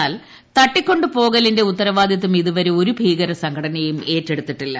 എന്നാൽ തട്ടിക്കൊ പോകലിന്റെ ഉത്തരവാദ്ദിത്ത്ർ ഇതുവരെ ഒരു ഭീകര സംഘടനയും ഏറ്റെടുത്തിട്ടില്ല